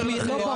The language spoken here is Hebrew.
נקודה.